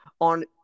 on